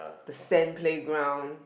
the sand playground